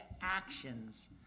actions